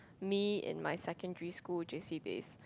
me in my secondary school J_C days